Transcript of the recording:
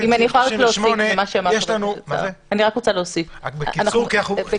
אני רוצה להוסיף על מה שאמר חבר הכנסת סער.